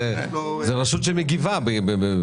זה רשות שמגיבה.